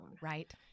right